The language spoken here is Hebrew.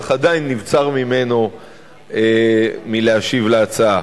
אך עדיין נבצר ממנו להשיב על ההצעה.